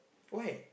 why